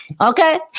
Okay